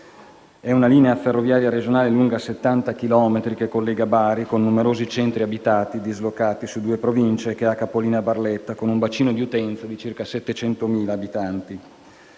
È una linea ferroviaria regionale lunga 70 chilometri che collega Bari con numerosi centri abitati dislocati su due Province, che ha capolinea a Barletta e un bacino di utenza di circa 700.000 abitanti.